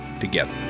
together